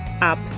up